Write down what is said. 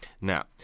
Now